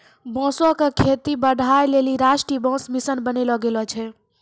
बांसो क खेती बढ़ाय लेलि राष्ट्रीय बांस मिशन बनैलो गेलो छै